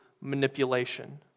manipulation